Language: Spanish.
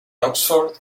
oxford